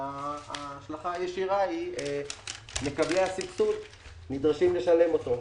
ההשלכה הישירה היא שמקבלי הסבסוד נדרשים לשלם אותו.